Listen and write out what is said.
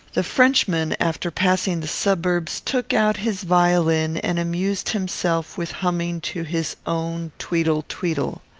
the frenchman, after passing the suburbs, took out his violin and amused himself with humming to his own tweedle-tweedle.